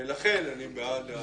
ולכן אני בעד ההגבלה הזאת.